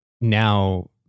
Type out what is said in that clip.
Now